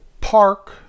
park